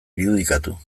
irudikatu